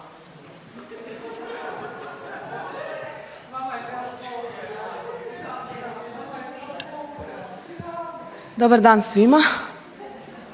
Dobar dan svima.